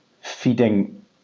Feeding